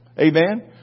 Amen